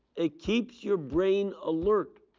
it keeps your brain alert.